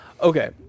Okay